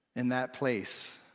in that place,